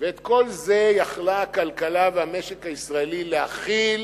ואת כל זה יכלו הכלכלה והמשק הישראלי להכיל,